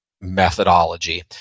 methodology